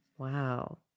Wow